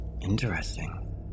Interesting